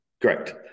Correct